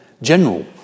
general